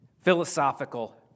philosophical